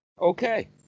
okay